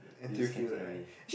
is just canteen only